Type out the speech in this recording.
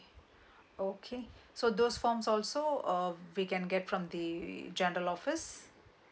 okay so those forms also we can get from the general office